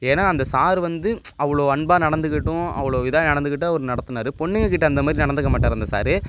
ஏன்னா அந்த சாரு வந்து அவ்வளோ அன்பாக நடந்துக்கிட்டும் அவ்வளோ இதாக நடந்துக்கிட்டும் அவரு நடத்துனார் பொண்ணுங்கக்கிட்ட அந்த மாதிரி நடந்துக்க மாட்டார் அந்த சாரு